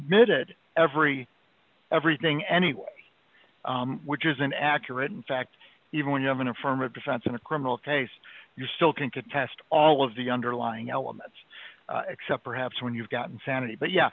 mid it every everything anyway which isn't accurate in fact even when you have an affirmative defense in a criminal case you still can contest all of the underlying elements except perhaps when you've got insanity but yeah